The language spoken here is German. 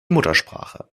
muttersprache